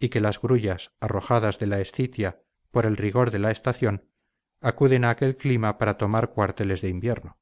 y que las grullas arrojadas de la escitia por el rigor de la estación acuden a aquel clima para tomar cuarteles de invierno